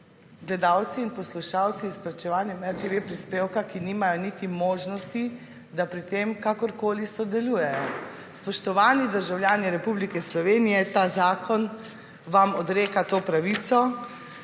Gledalci in poslušalci s plačevanjem RTV prispevka, ki nimajo niti možnosti, da pri tem kakorkoli sodelujejo? Spoštovani državljani Republike Slovenije, ta zakon vam odreka to pravico,